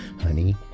honey